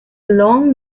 long